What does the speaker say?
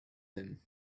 him